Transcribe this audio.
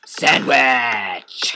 sandwich